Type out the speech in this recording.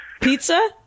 Pizza